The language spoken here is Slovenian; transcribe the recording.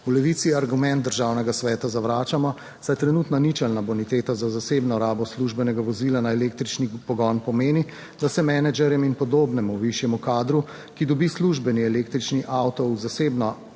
V Levici argument Državnega sveta zavračamo, saj trenutna ničelna boniteta za zasebno rabo službenega vozila na električni pogon pomeni, da se menedžerjem in podobnemu višjemu kadru, ki dobi službeni električni avto v zasebno